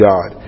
God